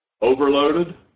overloaded